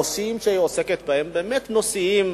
הנושאים שהיא עוסקת בהם הם באמת נושאים